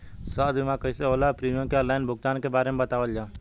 स्वास्थ्य बीमा कइसे होला और प्रीमियम के आनलाइन भुगतान के बारे में बतावल जाव?